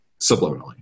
subliminally